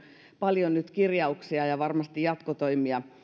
paljon kirjauksia ja varmasti